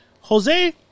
Jose